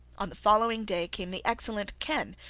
on the following day came the excellent ken,